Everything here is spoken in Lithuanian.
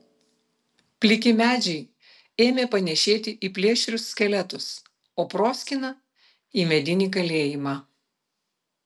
pliki medžiai ėmė panėšėti į plėšrius skeletus o proskyna į medinį kalėjimą